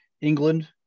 England